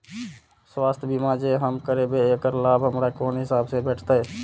स्वास्थ्य बीमा जे हम करेब ऐकर लाभ हमरा कोन हिसाब से भेटतै?